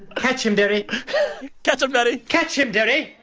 catch him, derry catch him, derry catch him, derry.